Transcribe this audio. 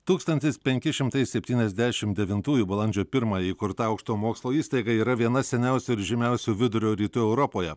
tūkstantis penki šimtai septyniasdešim devintųjų balandžio pirmąją įkurta aukštojo mokslo įstaiga yra viena seniausių ir žymiausių vidurio rytų europoje